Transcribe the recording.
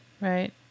right